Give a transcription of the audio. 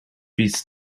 bis